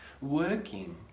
Working